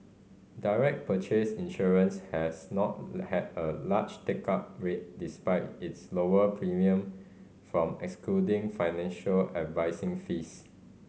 direct purchase insurance has not had a large take up rate despite its lower premium from excluding financial advising fees